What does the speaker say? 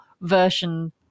version